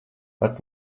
pat